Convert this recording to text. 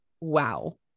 Wow